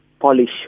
polish